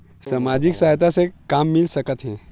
सामाजिक सहायता से का मिल सकत हे?